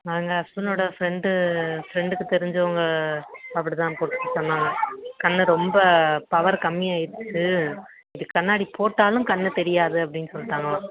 நாங்கள் ஹஸ்பண்டோட ஃப்ரெண்டு ஃப்ரெண்டுக்கு தெரிஞ்சவங்க அப்படி தான் போச்சு சொன்னாங்க கண்ணு ரொம்ப பவர் கம்மியாயிடுச்சு அது கண்ணாடி போட்டாலும் கண்ணு தெரியாது அப்படின்னு சொல்லிட்டாங்களாம்